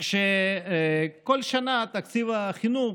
וכל שנה תקציב החינוך,